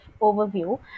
overview